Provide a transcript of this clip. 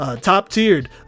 Top-tiered